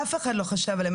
אף אחד לא חשב עליהם,